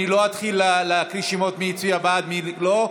אני לא אתחיל להקריא שמות מי הצביע בעד ומי לא,